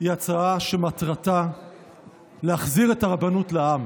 היא הצעה שמטרתה להחזיר את הרבנות לעם.